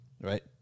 Right